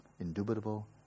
indubitable